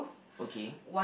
okay